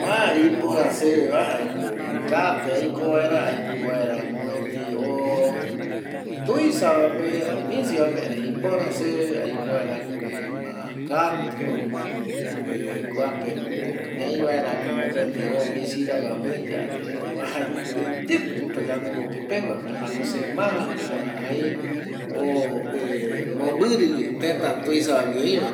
Ma ipöra seveva jaeko kaape aiko vaera aiko vaera mopeti o tuisavape ani misivape erei ipöra se aiko vaera ma kakotɨno kuapeko ñaivaerako o misiravape oajaeteyeta yande mbokepegua jaeramo se ma ai o mbombɨrɨ tëta tuisavagui oiva